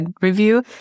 Review